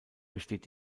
besteht